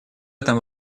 этом